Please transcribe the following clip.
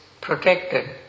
protected